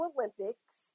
Olympics